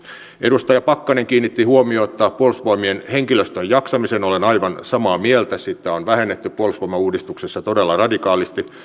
edustaja pakkanen kiinnitti huomiota puolustusvoimien henkilöstön jaksamiseen olen aivan samaa mieltä henkilöstöä on vähennetty puolustusvoimauudistuksessa todella radikaalisti